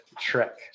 Trek